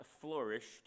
flourished